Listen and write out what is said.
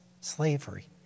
slavery